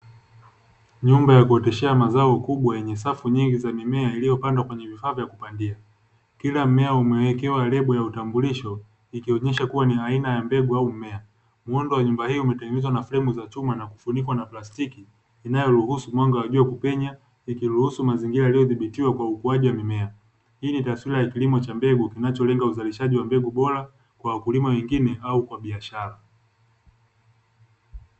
Nyumba ya kuoteshea mazao kubwa yenye safu nyingi za mimea iliyopandwa kwenye vifaa vya kupandia kila mmea umewekewa lebo ya utambulisho ikionesha kuwa ni aina ya mbegu au mmea, uondo wa nyumba hiyo umetengenezwa na fremu za chuma na kufunikwa na plastiki inayoruhusu mwanga wa jua kupenya ikiruhusu mazingira yaliyodhibitiwa kwa ukuaji wa mimea hii ni taswira ya kilimo cha mbegu kinacholenga uzalishaji wa mbegu bora kwa wakulima wengine au kwa biashara.